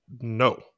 No